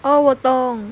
oh 我懂